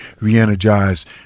re-energized